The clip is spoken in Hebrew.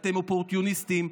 אתם אופורטוניסטים,